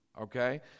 Okay